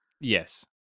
Yes